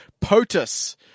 POTUS